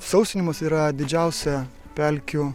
sausinimas yra didžiausia pelkių